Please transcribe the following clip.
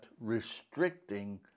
restricting